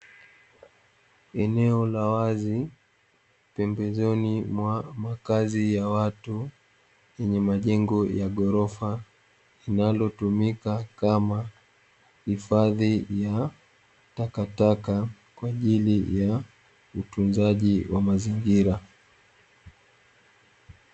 Eneo la wazi pembezoni mwa makazi ya watu lenye majengo ya ghorofa linalotumika kama hifadhi ya takataka kwa ajili ya utunzaji wa mazingira.